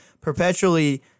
perpetually